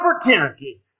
opportunity